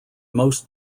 most